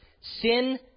Sin